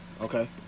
Okay